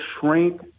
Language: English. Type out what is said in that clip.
shrink